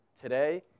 today